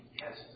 Yes